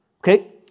Okay